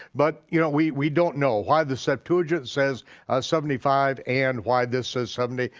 but you know we we don't know why the septuagint says seventy five and why this says seventy,